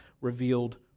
revealed